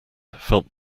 felt